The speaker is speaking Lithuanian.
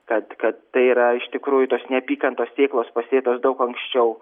kad kad tai yra iš tikrųjų tos neapykantos sėklos pasėtos daug anksčiau